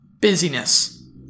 busyness